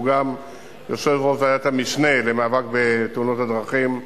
שהוא גם יושב-ראש ועדת המשנה למאבק בתאונות הדרכים,